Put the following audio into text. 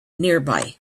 nearby